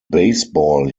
baseball